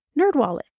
NerdWallet